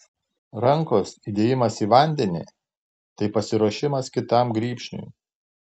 rankos įdėjimas į vandenį tai pasiruošimas kitam grybšniui